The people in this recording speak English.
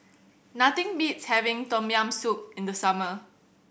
nothing beats having Tom Yam Soup in the summer